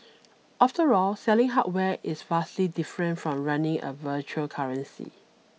after all selling hardware is vastly different from running a virtual currency